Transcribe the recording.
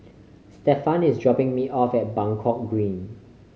Stephan is dropping me off at Buangkok Green